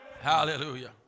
hallelujah